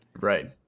Right